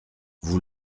vous